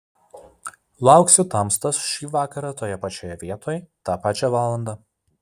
lauksiu tamstos šį vakarą toje pačioje vietoj tą pačią valandą